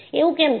એવું કેમ છે